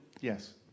Yes